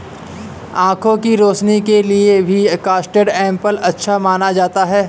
आँखों की रोशनी के लिए भी कस्टर्ड एप्पल अच्छा माना जाता है